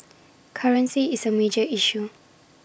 currency is A major issue